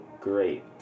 great